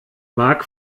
mark